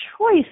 choice